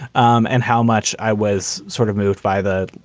um and how much i was sort of moved by the,